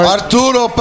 Arturo